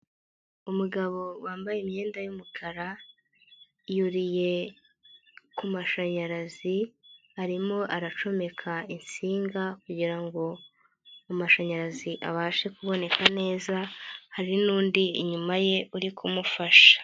Umugabo wambaye imyenda y'umukara, yuriye ku mashanyarazi, arimo aracomeka insinga kugira ngo amashanyarazi abashe kuboneka neza, hari n'undi inyuma ye uri kumufasha.